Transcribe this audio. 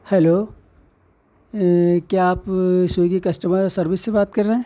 hello یہ کیا آپ سویگی کسٹمر سروس سے بات کر رہے ہیں